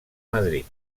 madrid